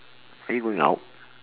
are you going out